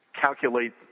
calculate